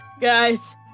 Guys